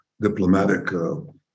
diplomatic